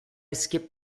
skip